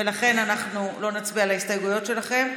לא נצביע על ההסתייגויות שלכם.